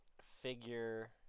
figure